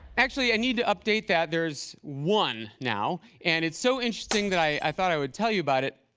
actually, i need to update that. there's one now. and it's so interesting that i thought i would tell you about it.